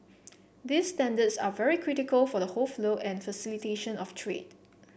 these standards are very critical for the whole flow and facilitation of trade